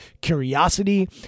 curiosity